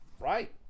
right